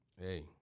Hey